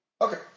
Okay